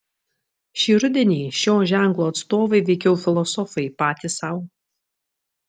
šį rudenį šio ženklo atstovai veikiau filosofai patys sau